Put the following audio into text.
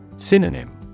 Synonym